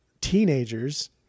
teenagers